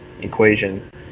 equation